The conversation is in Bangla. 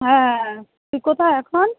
হ্যাঁ তুই কোথায় এখন